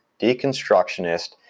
deconstructionist